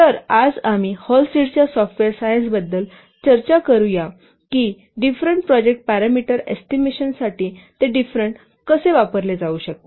तर आज आम्ही हॉलस्टिडच्या सॉफ्टवेअर सायन्सबद्दल चर्चा करूया की डिफरेंट प्रोजेक्ट पॅरामीटर एस्टिमेशनसाठी ते डिफरेंट कसे वापरले जाऊ शकते